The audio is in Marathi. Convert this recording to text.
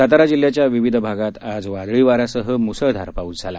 सातारा जिल्ह्याच्या विविध भागात आज वादळी वाऱ्यासह मुसळधार पाऊस झाला